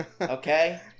Okay